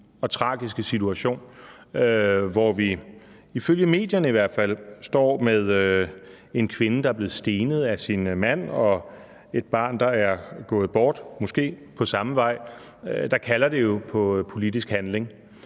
og tragiske situation, hvor vi ifølge medierne i hvert fald står med en kvinde, der er blevet stenet af sin mand, og et barn, der er gået bort – måske på samme måde – kalder det jo på politisk handling.